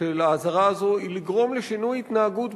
של האזהרה הזאת היא לגרום לשינוי התנהגות,